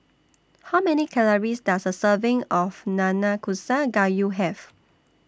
How Many Calories Does A Serving of Nanakusa Gayu Have